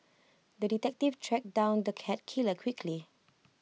the detective tracked down the cat killer quickly